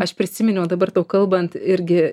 aš prisiminiau dabar tau kalbant irgi